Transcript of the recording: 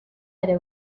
ere